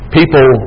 people